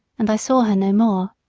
and i saw her no more.